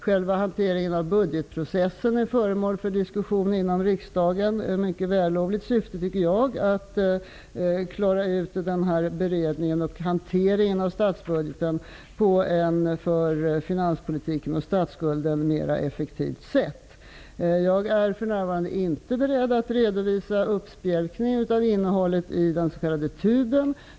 Själva hanteringen av budgetprocessen är föremål för diskussion inom riksdagen i ett mycket vällovligt syfte, tycker jag, att klara ut den här beredningen och hanteringen av statsbudgeten på ett för finanspolitiken och statsskulden mer effektivt sätt. Jag är för närvarande inte beredd att redovisa en uppspjälkning av innehållet i den s.k. tuben.